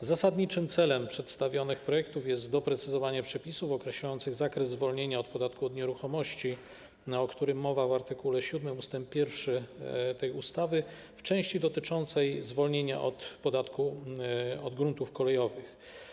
Zasadniczym celem przedstawionych projektów jest doprecyzowanie przepisów określających zakres zwolnienia od podatku od nieruchomości, o którym mowa w art. 7 ust. 1 tej ustawy w części dotyczącej zwolnienia z podatku od gruntów kolejowych.